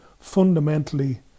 fundamentally